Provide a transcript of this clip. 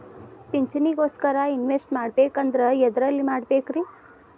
ಪಿಂಚಣಿ ಗೋಸ್ಕರ ಇನ್ವೆಸ್ಟ್ ಮಾಡಬೇಕಂದ್ರ ಎದರಲ್ಲಿ ಮಾಡ್ಬೇಕ್ರಿ?